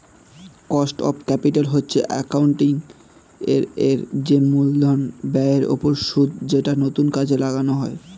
cost of capital হচ্ছে accounting এর যে মূলধন ব্যয়ের ওপর সুদ যেটা নতুন কাজে লাগানো হয়